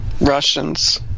Russians